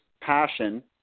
passion